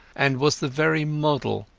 and was the very model,